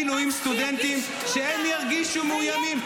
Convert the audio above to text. שהם ירגישו מאוימים.